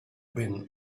been